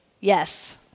yes